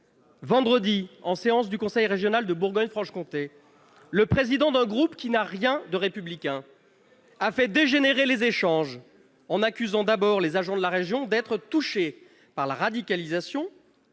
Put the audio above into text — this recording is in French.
dernier, en séance du conseil régional de Bourgogne-Franche-Comté, le président d'un groupe qui n'a rien de républicain a fait dégénérer les échanges, en accusant d'abord les agents de la région d'être touchés par la radicalisation